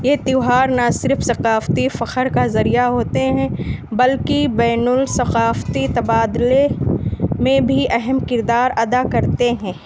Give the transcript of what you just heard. یہ تیوہار نہ صرف ثقافتی فخر کا ذریعہ ہوتے ہیں بلکہ بین الثقافتی تبادلے میں بھی اہم کردار ادا کرتے ہیں